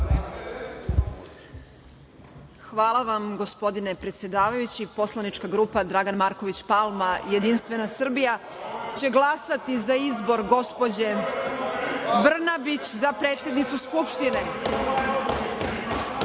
Hvala vam, gospodine predsedavajući. Poslanička grupa Dragan Marković Palma - Jedinstvena Srbija će glasati za izbor gospođe Brnabić za predsednicu Skupštine.